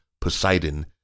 Poseidon